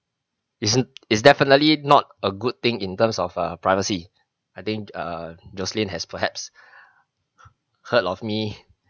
isn't is definitely not a good thing in terms of a privacy I think err jocelyn has perhaps heard of me